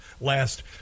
last